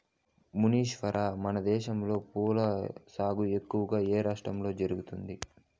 మునీశ్వర, మనదేశంలో పూల సాగు ఎక్కువగా ఏ రాష్ట్రంలో జరుగుతుంది